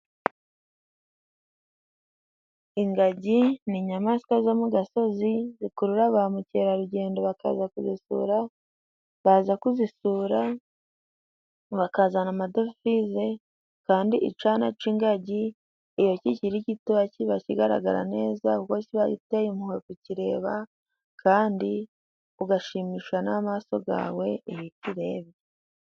Ingagi n'inyamaswa zo mu gasozi zikurura ba mukerarugendo bakaza kuzisura baza kuzisura bakazana amadovize kandi icana c'ingagi iyo kikiri gito kiba kigaragara neza ubwo kiba giteye impuhwe kukireba kandi ugashimisha n'amaso gawe iyo ukireba.